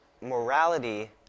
morality